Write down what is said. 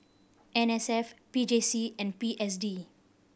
N S F P J C and P S D